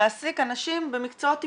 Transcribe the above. להעסיק אנשים במקצועות טיפוליים.